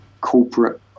corporate